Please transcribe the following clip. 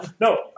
No